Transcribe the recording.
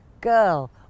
Girl